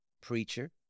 preacher